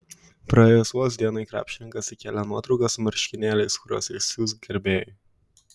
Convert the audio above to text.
praėjus vos dienai krepšininkas įkėlė nuotrauką su marškinėliais kuriuos išsiųs gerbėjui